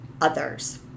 others